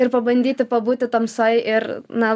ir pabandyti pabūti tamsoj ir na